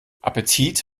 appetit